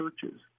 churches